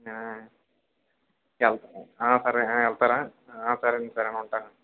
ఎ సరే ఎల్తారా సరే సరేనండి ఉంటాను